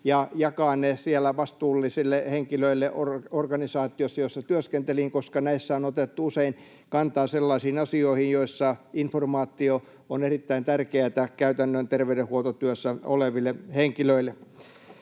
ja jakaa ne siellä vastuullisille henkilöille organisaatiossa, jossa työskentelin, koska näissä on otettu usein kantaa sellaisiin asioihin, joissa informaatio on erittäin tärkeätä käytännön terveydenhuoltotyössä oleville henkilöille.